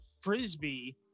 frisbee